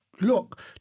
look